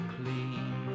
clean